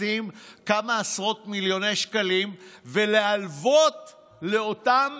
לשים כמה עשרות מיליוני שקלים ולהלוות לאותם